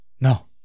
No